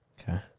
Okay